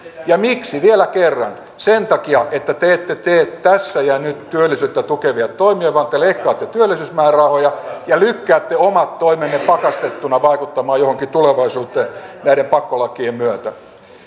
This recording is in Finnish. ja miksi vielä kerran sen takia että te ette tee tässä ja nyt työllisyyttä tukevia toimia vaan te te leikkaatte työllisyysmäärärahoja ja lykkäätte omat toimenne pakastettuna vaikuttamaan johonkin tulevaisuuteen näiden pakkolakien myötä